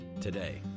today